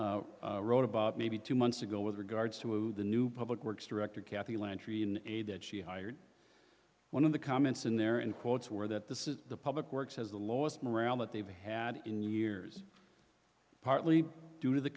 press wrote about maybe two months ago with regards to the new public works director cathy landry an aide that she hired one of the comments in there in quotes where that this is the public works has the lowest morale that they've had in years partly due to the